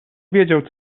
wiedział